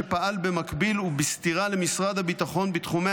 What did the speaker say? שפעל במקביל ובסתירה למשרד הביטחון בתחומי